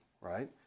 right